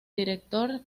director